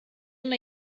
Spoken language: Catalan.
una